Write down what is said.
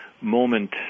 moment